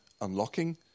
unlocking